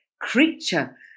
creature